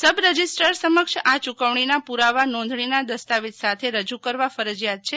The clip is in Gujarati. સબ રજિસ્ટ્રાર સમક્ષ આ ચુકવણી ના પુરાવા નોંધણી ના દસ્તાવેજ સાથે રજૂ કરવા ફરજિયાત છે